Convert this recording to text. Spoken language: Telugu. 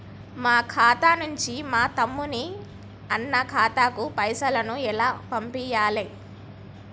మా ఖాతా నుంచి మా తమ్ముని, అన్న ఖాతాకు పైసలను ఎలా పంపియ్యాలి?